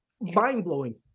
Mind-blowing